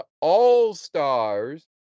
all-stars